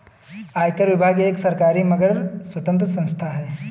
आयकर विभाग एक सरकारी मगर स्वतंत्र संस्था है